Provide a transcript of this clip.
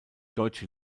deutsche